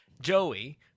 Joey